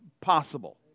possible